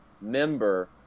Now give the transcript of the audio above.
member